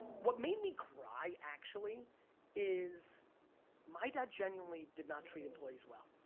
what made me cry actually is my dad genuinely did not treat employees well,